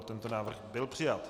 Tento návrh byl přijat.